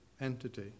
entity